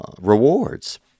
rewards